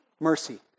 mercy